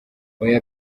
oya